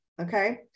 okay